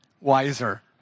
wiser